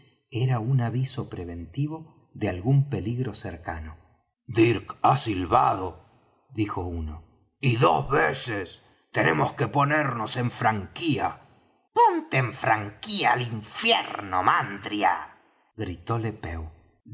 era un aviso preventivo de algún peligro cercano dirk ha silbado dijo uno y dos veces tenemos que ponernos en franquía ponte en franquía al infierno mandria gritóle pew